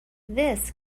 this